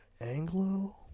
Anglo